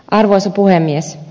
arvoisa puhemies